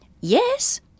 Yes